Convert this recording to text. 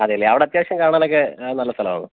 അതെ അല്ലേ അവിടെ അത്യാവശ്യം കാണാനൊക്കെ നല്ല സ്ഥലം ആണോ